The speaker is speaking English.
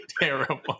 terrible